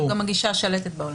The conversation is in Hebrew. גם השיטה השלטת בעולם.